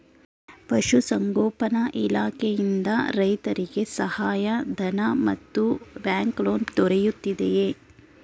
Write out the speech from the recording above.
ಪಶು ಸಂಗೋಪನಾ ಇಲಾಖೆಯಿಂದ ರೈತರಿಗೆ ಸಹಾಯ ಧನ ಮತ್ತು ಬ್ಯಾಂಕ್ ಲೋನ್ ದೊರೆಯುತ್ತಿದೆಯೇ?